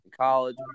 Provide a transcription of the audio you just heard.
college